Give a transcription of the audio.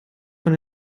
von